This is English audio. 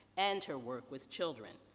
and her work with children.